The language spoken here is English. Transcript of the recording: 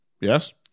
yes